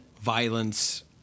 violence